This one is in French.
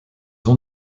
ont